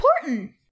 important